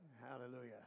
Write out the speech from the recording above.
hallelujah